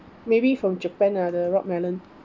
maybe from japan ah the rock melon